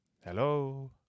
Hello